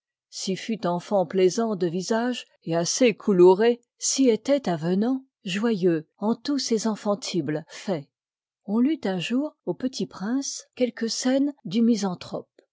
fut enfant plai e j sant de visage et assez couloure si étoit avenant joyeux en tous ses enfantibles faicts on lut un jour u petit prince quelques scènes du miauniurope